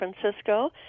Francisco